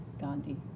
Gandhi